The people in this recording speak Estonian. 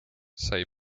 sai